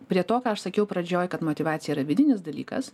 prie to ką aš sakiau pradžioj kad motyvacija yra vidinis dalykas